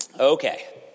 Okay